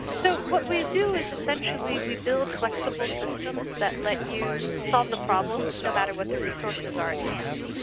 so what we do is essentially we build flexible systems that let you solve the problem, no matter what the resources are at hand.